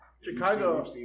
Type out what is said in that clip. Chicago